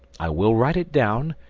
i will write it down,